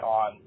on